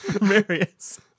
Marius